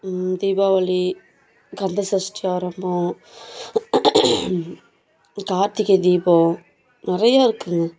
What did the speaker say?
தீபாவளி கந்த சஷ்டி ஆரம்பம் கார்த்திகை தீபம் நிறைய இருக்குது